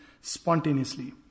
spontaneously